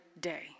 day